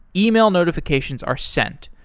email notifications are sent.